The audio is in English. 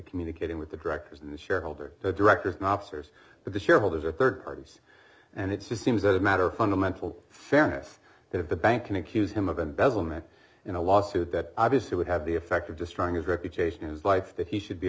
communicating with the directors and the shareholder the directors not sers but the shareholders or rd parties and it's just seems as a matter of fundamental fairness that if the bank can accuse him of embezzlement in a lawsuit that obviously would have the effect of destroying its reputation his life that he should be